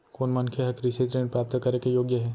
कोन मनखे ह कृषि ऋण प्राप्त करे के योग्य हे?